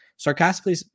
Sarcastically